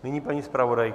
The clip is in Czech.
Nyní paní zpravodajka.